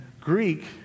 Greek